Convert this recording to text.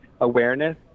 awareness